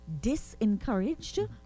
disencouraged